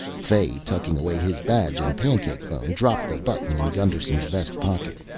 fay, tucking away his badge and pancake phone, dropped the button in gusterson's vest pocket.